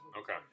Okay